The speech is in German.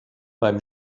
beim